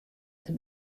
der